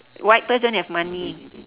white purse don't have money